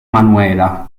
manuela